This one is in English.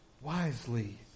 wisely